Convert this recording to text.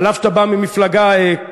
אף שאתה בא ממפלגה קומוניסטית,